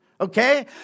Okay